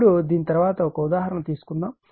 ఇప్పుడు దీని తరువాత ఒక ఉదాహరణ తీసుకోండి